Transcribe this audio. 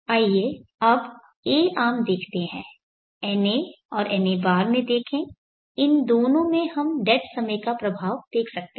आइए अब a arm देखते हैं na और na बार में देखें इन दोनों में हम डेड समय का प्रभाव देख सकते हैं